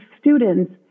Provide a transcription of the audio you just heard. students